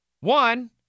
one